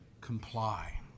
comply